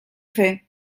fer